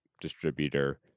distributor